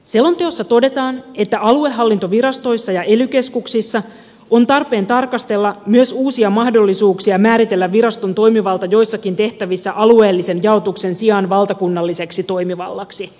selonteossa todetaan että aluehallintovirastoissa ja ely keskuksissa on tarpeen tarkastella myös uusia mahdollisuuksia määritellä viraston toimivalta joissakin tehtävissä alueellisen jaotuksen sijaan valtakunnalliseksi toimivallaksi